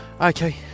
Okay